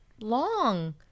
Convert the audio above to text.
long